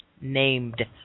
named